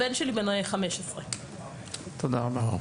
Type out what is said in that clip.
הבן שלי בן 15. תודה רבה.